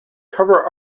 cover